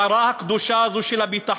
הפרה הקדושה הזאת של הביטחון,